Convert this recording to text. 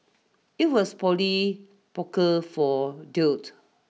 it was Polly Poker for dudes